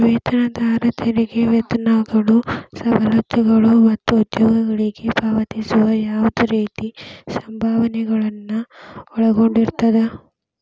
ವೇತನದಾರ ತೆರಿಗೆ ವೇತನಗಳು ಸವಲತ್ತುಗಳು ಮತ್ತ ಉದ್ಯೋಗಿಗಳಿಗೆ ಪಾವತಿಸುವ ಯಾವ್ದ್ ರೇತಿ ಸಂಭಾವನೆಗಳನ್ನ ಒಳಗೊಂಡಿರ್ತದ